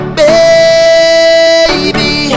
baby